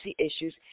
issues